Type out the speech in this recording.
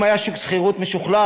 אם היה שוק שכירות משוכלל,